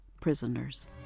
prisoners